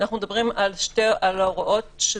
למה זה צריך להישאר בסמכויות של פקודת העם?